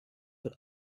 but